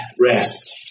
rest